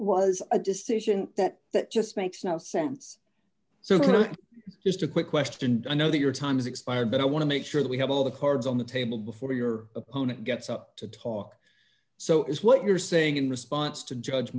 was a decision that that just makes no sense so just a quick question i know that your time's expired but i want to make sure that we have all the cards on the table before your opponent gets up to talk so is what you're saying in response to judge